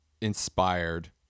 inspired